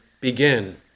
begin